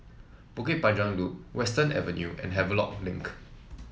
Bukit Panjang Loop Western Avenue and Havelock Link